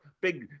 big